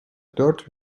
dört